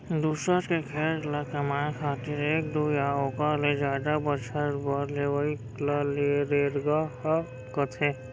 दूसर के खेत ल कमाए खातिर एक दू या ओकर ले जादा बछर बर लेवइ ल रेगहा कथें